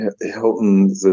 Hilton